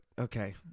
Okay